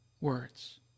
words